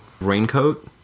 raincoat